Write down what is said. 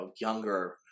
younger